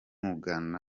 banga